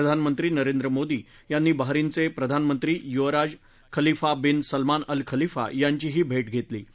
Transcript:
प्रधानमंत्री नरेंद्र मोदी यांनी बहरीनचक्ष प्रधानमंत्री युवराज Khalifa bin Salman Al Khalifa यांचीही भर्षाप्रस्त्रीी